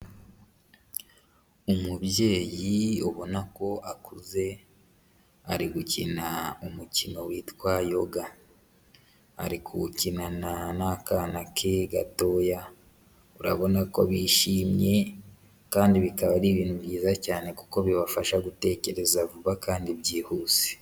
Umubyeyi ubona ko akuze ari gukina umukino witwa yoga, ari kuwukinana n'akana ke gatoya urabona ko bishimye kandi bikaba ari ibintu byiza cyane kuko bibafasha gutekereza vuba kandi byihuse.